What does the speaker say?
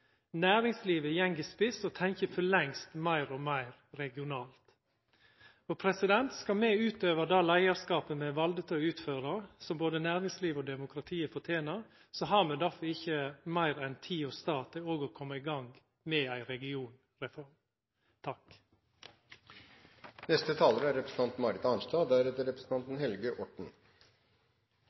Næringslivet går i spissen og tenkjer for lengst meir og meir regionalt. Skal me utøva det leiarskapet me er valde til å utøva, som både næringslivet og demokratiet fortener, har me derfor ikkje meir enn tida og staden til òg å koma i gang med ei regionreform. Kommunesammenslåing kan være bra. Det kan være bra når det er